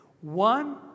One